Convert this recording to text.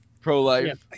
pro-life